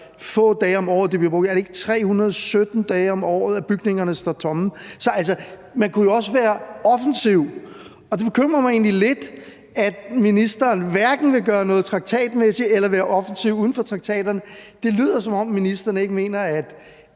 få dage om året, hvor de bliver brugt. For er det ikke 317 dage om året, bygningerne står tomme? Så man kunne jo også være offensiv, og det bekymrer mig egentlig lidt, at ministeren hverken vil gøre noget traktatmæssigt eller man vil være offensiv uden for traktaterne. Det lyder, som om ministeren ikke mener, at